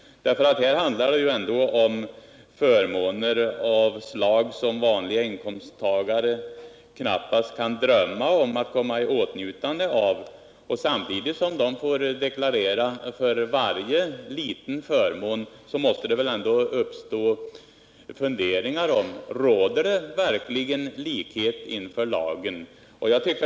Här handlar det ändå om förmåner som vanliga inkomsttagare knappast kan drömma om att komma i åtnjutande av, och när dessa samtidigt är skyldiga att deklarera varje liten förmån måste det uppstå funderingar om huruvida det verkligen råder likhet inför lagen.